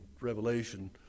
Revelation